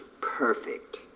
perfect